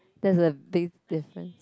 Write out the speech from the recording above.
that's a big difference